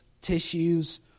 tissues